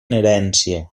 herència